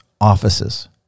offices